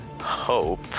hope